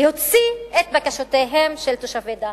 להוציא את בקשותיהם של תושבי דהמש.